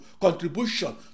contribution